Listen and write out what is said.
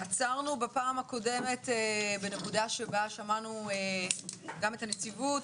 עצרנו בפעם הקודמת בנקודה שבה שמענו גם את הנציבות